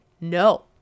No